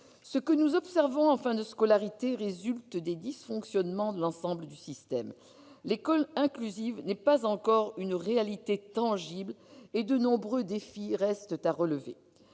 Ce que nous observons en fin de scolarité résulte des dysfonctionnements de l'ensemble du système. L'école inclusive n'est pas encore une réalité tangible, et de nombreux défis restent à relever.